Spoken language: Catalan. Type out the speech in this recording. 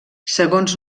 segons